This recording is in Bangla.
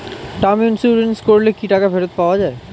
টার্ম ইন্সুরেন্স করলে কি টাকা ফেরত পাওয়া যায়?